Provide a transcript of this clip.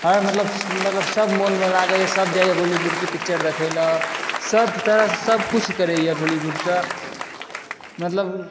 हर मतलब सब मोनमे राखैए सब जाइए बॉलीवुडके पिक्चर देखैलए सब तरहसँ सबकिछु करैए बॉलीवुडसँ मतलब